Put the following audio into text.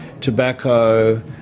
tobacco